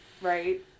Right